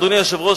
אדוני היושב-ראש,